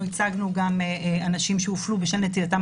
אנחנו ייצגנו גם אנשים שהופלו בשל נטייתם